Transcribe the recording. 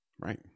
right